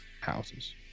houses